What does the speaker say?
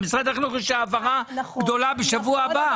למשרד החינוך יש העברה גדולה בשבוע הבא.